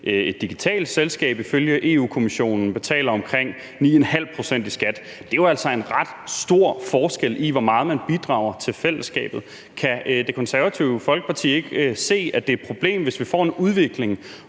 et digitalt selskab ifølge Europa-Kommissionen betaler omkring 9,5 pct. i skat. Der er jo altså en ret stor forskel i, hvor meget man bidrager til fællesskabet. Kan Det Konservative Folkeparti ikke se, at det er et problem, hvis vi får en udvikling,